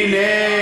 הו, אני, הנה.